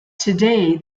today